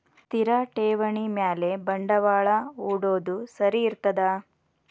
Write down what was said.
ಸ್ಥಿರ ಠೇವಣಿ ಮ್ಯಾಲೆ ಬಂಡವಾಳಾ ಹೂಡೋದು ಸರಿ ಇರ್ತದಾ?